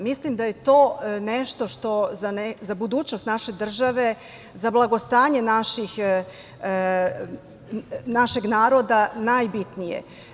Mislim da je to nešto što je za budućnost naše države, za blagostanje našeg naroda najbitnije.